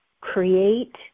create